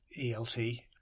ELT